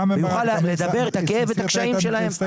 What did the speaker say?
שיוכל לדבר את הכאב ואת הקשיים שלהם.